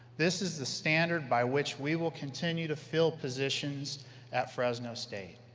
this is the standard by which we will continue to fill positions at fresno state.